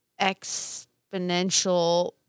exponential